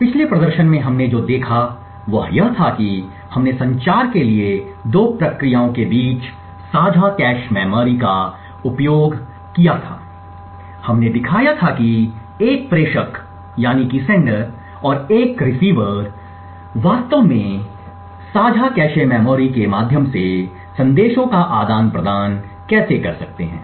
पिछले प्रदर्शन में हमने जो देखा वह यह था कि हमने संचार के लिए 2 प्रक्रियाओं के बीच साझा कैश मेमोरी का उपयोग किया था हमने दिखाया था कि एक प्रेषक और एक रिसीवर वास्तव में साझा कैश मेमोरी के माध्यम से संदेशों का आदान प्रदान कैसे कर सकते हैं